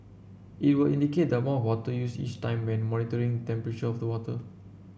it will indicate the amount of water used each time while monitoring temperature of the water